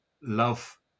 love